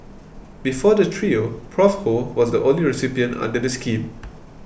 before the trio Prof Ho was the only recipient under the scheme